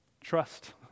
Trust